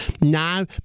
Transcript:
Now